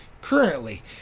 currently